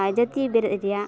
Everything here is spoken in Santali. ᱡᱟᱹᱛᱤ ᱵᱮᱨᱮᱫ ᱨᱮᱭᱟᱜ